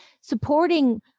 supporting